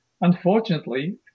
Unfortunately